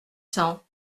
cents